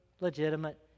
legitimate